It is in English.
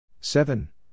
Seven